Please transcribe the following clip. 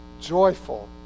joyful